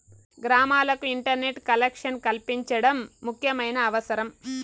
గ్రామాలకు internet connection కల్పించడం ముఖ్యమైన అవసరం